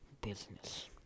business